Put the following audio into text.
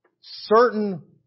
certain